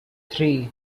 three